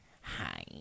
hi